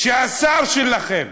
השר שלכם,